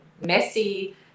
messy